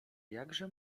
jakże